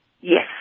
Yes